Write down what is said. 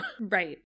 Right